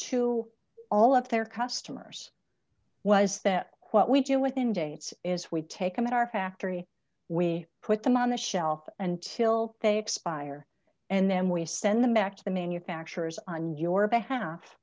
to all of their customers was that what we do within dates is we take them at our factory we put them on the shelf until they expire and then we send them back to the manufacturers on your b